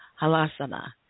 halasana